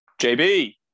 JB